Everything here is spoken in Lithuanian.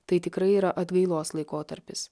tai tikrai yra atgailos laikotarpis